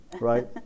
Right